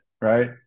right